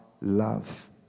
love